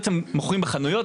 בעצם מוכרים בחנויות.